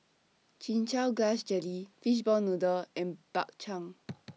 Chin Chow Grass Jelly Fishball Noodle Soup and Bak Chang